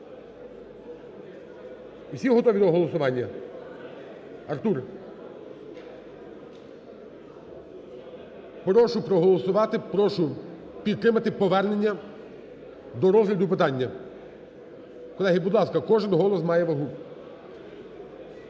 Всі готові до голосування? Артур. Прошу проголосувати, прошу підтримати повернення до розгляду питання. Колеги, будь ласка, кожен голос має вагу.